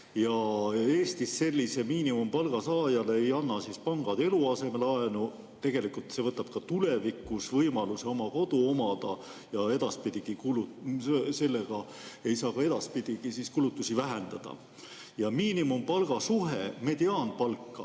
Eestis sellise miinimumpalga saajale ei anna pangad eluasemelaenu, tegelikult see võtab ka tulevikus võimaluse oma kodu omada ja sellega ei saa ka edaspidi kulutusi vähendada. Ja miinimumpalga suhe mediaanpalka